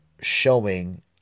showing